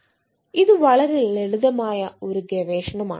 slide സമയം 1331 കാണുക ഇത് വളരെ ലളിതമായ ഒരു ഗവേഷണമാണ്